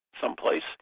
someplace